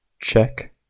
check